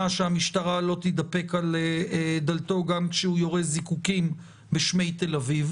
שהמשטרה לא תידפק על דלתו גם כשהוא יורה זיקוקים בשמי תל אביב,